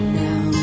now